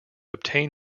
obtain